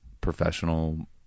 professional